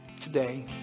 Today